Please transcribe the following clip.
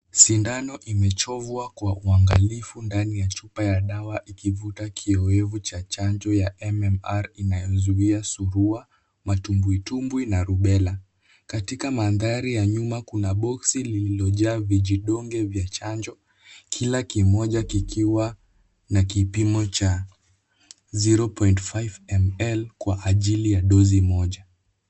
Sindano imechovwa kwa uangalifu ndani ya chupa ya dawa ikivuta kioevu cha chanjo ya MMR inayozuia surua, matumbwitumbwi na Rubella . Katika mandhari ya nyuma kuna boksi lililojaa vijidonge vya chanjo kila kimoja kikiwa na kipimo cha 0.5ml kwa ajili ya dozi moja.